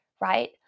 right